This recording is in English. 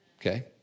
okay